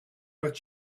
but